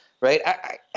right